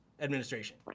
administration